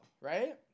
right